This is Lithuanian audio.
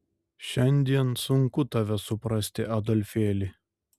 šiandien sunku tave suprasti adolfėli